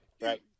Right